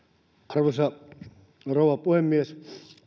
arvoisa rouva puhemies